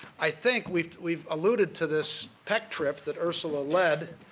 i think we've we've alluded to this pec trip that ursula lead,